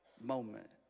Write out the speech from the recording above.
moment